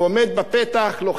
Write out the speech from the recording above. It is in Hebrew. לוחץ לראשון את היד,